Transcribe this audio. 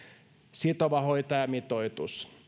sitova hoitajamitoitus